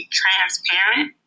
transparent